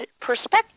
perspective